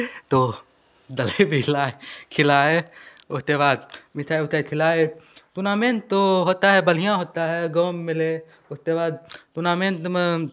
तो जलेबी लाए खिलाएँ उसके बाद मिठाई उठाई खिलाए तुर्नामेंत तो होता है बढ़िया होता है गाँव में उसके बाद तुनामेंत में